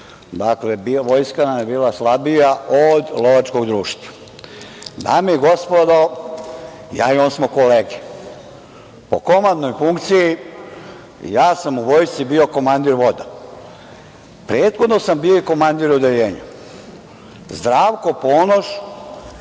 Dakle, vojska nam je bila slabija od lovačkog društva. Dame i gospodo, ja i on smo kolege. Po komandnoj funkciji, ja sam u vojsci bio komandir voda. Prethodno sam bio i komandir odeljenja. Zdravko Ponoš